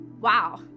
wow